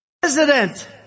President